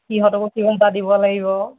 সিহঁতকো কিবা এটা দিব লাগিব